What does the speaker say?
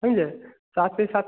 समझें साथ ही साथ